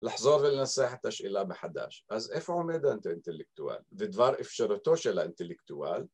לחזור ולנסח את השאלה מחדש, אז איפה עומד האינטלקטואל? בדבר אפשרותו של האינטלקטואל